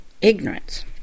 ignorance